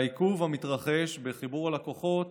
והעיכוב המתרחש בחיבור הלקוחות